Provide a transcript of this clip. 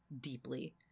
Deeply